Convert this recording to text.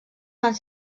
fan